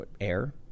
air